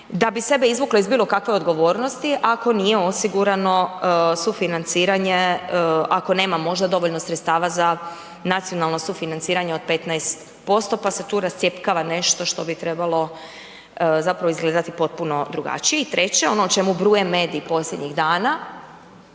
da bi sebe izvuklo iz bilo kakve odgovornosti ako nije osigurano sufinanciranje, ako nema možda dovoljno sredstava za nacionalno sufinanciranje od 15%, pa se tu rascjepkava nešto što bi trebalo zapravo izgledati potpuno drugačije. I treće ono o čemu bruje mediji posljednjih dana,